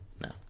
No